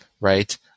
right